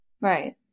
Right